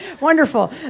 wonderful